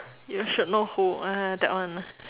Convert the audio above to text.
you should know who ah that one